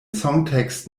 songtext